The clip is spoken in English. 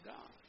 God